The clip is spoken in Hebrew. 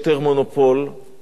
ויש פחות פתיחות